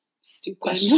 stupid